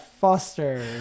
foster